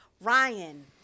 ryan